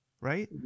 Right